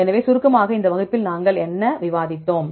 எனவே சுருக்கமாக இந்த வகுப்பில் நாங்கள் என்ன விவாதித்தோம்